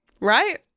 Right